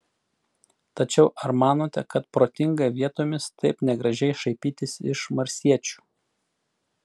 tačiau ar manote kad protinga vietomis taip negražiai šaipytis iš marsiečių